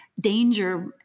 danger